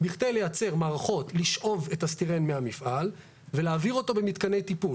כדי לייצר מערכות לשאוב את הסטירן מהמפעל ולהעביר אותו במתקני טיפול.